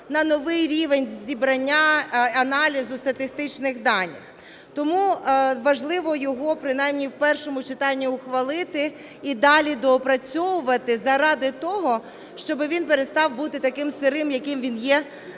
на новий рівень зібрання, аналізу статистичних даних. Тому важливо його принаймні в першому читанні ухвалити і далі доопрацьовувати заради того, щоби він перестав бути таким "сирим", яким він є